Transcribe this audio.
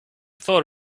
thought